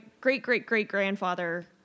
great-great-great-grandfather